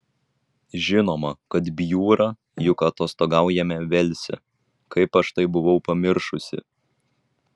žinoma kad bjūra juk atostogaujame velse kaip aš tai buvau pamiršusi